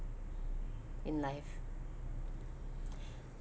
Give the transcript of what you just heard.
in life